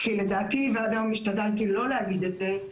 כי לדעתי, ועד היום השתדלתי לא להגיד את זה,